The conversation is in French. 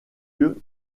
lieu